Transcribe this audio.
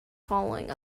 following